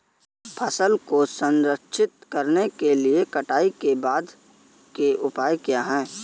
फसल को संरक्षित करने के लिए कटाई के बाद के उपाय क्या हैं?